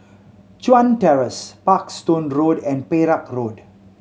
Chuan Terrace Parkstone Road and Perak Road